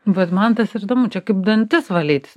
vat man tas ir įdomu čia kaip dantis valytis